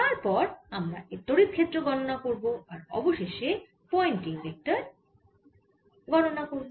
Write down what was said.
তারপর আমরা এর তড়িৎ ক্ষেত্র গণনা করব আর অবশেষে পয়েন্টিং ভেক্টর গণনা করব